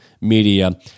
media